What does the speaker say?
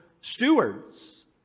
stewards